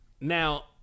Now